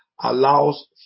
allows